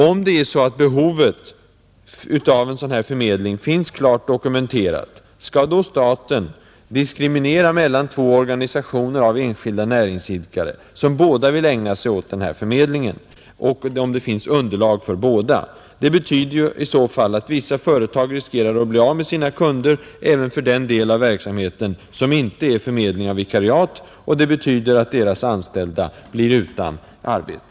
Om behovet av en sådan här förmedling finns klart dokumenterat, skall då staten diskriminera mellan två organisationer av enskilda näringsidkare, som bägge vill ägna sig åt denna förmedling, trots att det finns underlag för båda? Det betyder ju i så fall att vissa företag riskerar bli av med sina kunder även för den del av verksamheten som inte är förmedling av vikariat, och det leder till att deras anställda blir utan arbete,